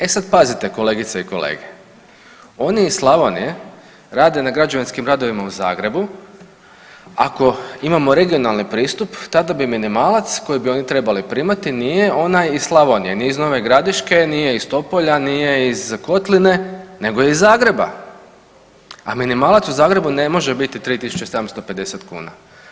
E sad pazite kolegice i kolege, oni iz Slavonije rade na građevinskim radovima u Zagrebu, ako imamo regionalni pristup tada bi minimalac koji bi oni trebali primati nije onaj iz Slavonije, ni iz Nove Gradiške, nije iz Topolja, nije iz Kotline nego iz Zagreba, a minimalac u Zagrebu ne može biti 3.750 kuna.